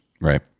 Right